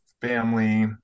family